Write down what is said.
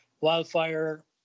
Wildfire